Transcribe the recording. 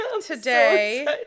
today